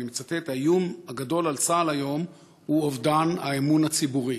אני מצטט: האיום הגדול על צה"ל היום הוא אובדן האמון הציבורי.